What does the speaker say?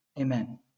amen